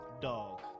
dog